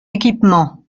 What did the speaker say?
équipement